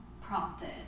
prompted